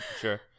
sure